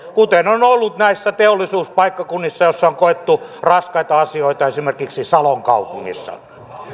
kuten on ollut näillä teollisuuspaikkakunnilla joilla on koettu raskaita asioita esimerkiksi salon kaupungissa